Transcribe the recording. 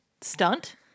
stunt